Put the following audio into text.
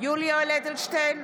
יולי יואל אדלשטיין,